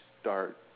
start